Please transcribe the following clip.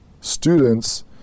Students